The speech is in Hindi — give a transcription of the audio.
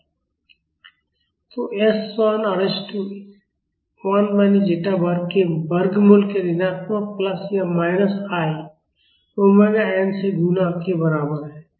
0 तो s 1 और s 2 1 माइनस ज़ेटा वर्ग के वर्गमूल के ऋणात्मक प्लस या माइनस i ओमेगा एन से गुणा के बराबर हैं